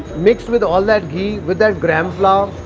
mixed with all that ghee, with that gram flour.